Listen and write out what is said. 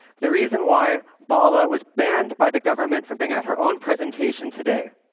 the reason why balla was banned by the government for being at her own presentation today,